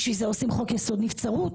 בשביל זה עושים חוק יסוד נבצרות.